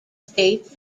states